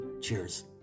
Cheers